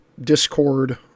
discord